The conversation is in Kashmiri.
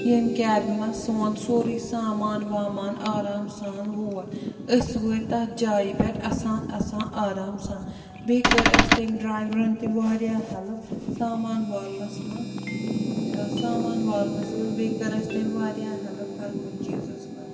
ییٚمہِ کیبہِ منٛز سون سورُے سامان وامان آرام سان ووت أسۍ وٲتۍ تَتھ جایہِ پٮ۪ٹھ اَسان اَسان آرام سان بیٚیہِ کٔر اَسہِ تٔمۍ ڈرٛایورَن تہِ واریاہ ہٮ۪لٕپ سامان والنَس منٛز سامان والنَس منٛز بیٚیہِ کٔر اَسہِ تٔمۍ واریاہ ہٮ۪لٕپ ہَر کُنہِ چیٖزَس منٛز